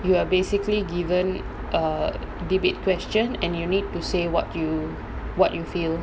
you are basically given a debate question and you need to say what you what you feel